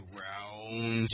round